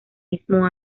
mismo